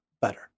better